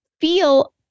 feel